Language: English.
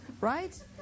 right